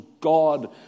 God